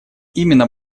именно